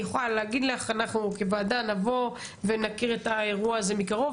אני יכולה להגיד לך - אנחנו כוועדה נבוא ונכיר את האירוע הזה מקרוב,